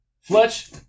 Fletch